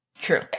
True